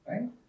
Right